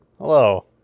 Hello